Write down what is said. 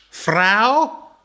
Frau